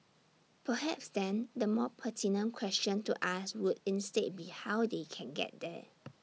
perhaps then the more pertinent question to ask would instead be how they can get there